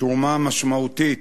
תרומה משמעותית